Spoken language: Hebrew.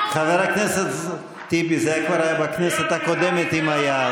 חבר הכנסת טיבי, זה כבר היה בכנסת הקודמת, אם היה.